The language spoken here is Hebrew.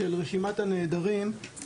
של רשימת הנעדרים,